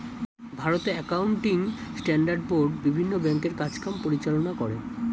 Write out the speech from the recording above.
ভারতে accounting standard board বিভিন্ন ব্যাংকের কাজ কাম পরিচালনা করে